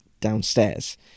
downstairs